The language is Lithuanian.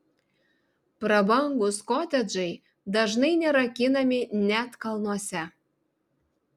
prabangūs kotedžai dažnai nerakinami net kalnuose